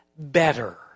better